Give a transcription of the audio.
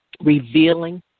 revealing